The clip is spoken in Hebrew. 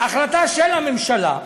החלטה של הממשלה,